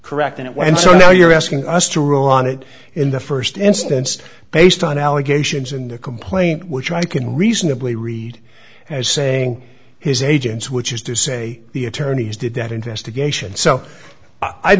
correct and it was and so you're asking us to rule on it in the st instance based on allegations in the complaint which i can reasonably read as saying his agent's which is to say the attorneys did that investigation so i